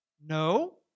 No